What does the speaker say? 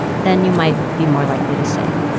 then you might be more likely to say,